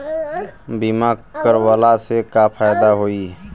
बीमा करवला से का फायदा होयी?